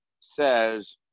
says